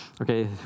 okay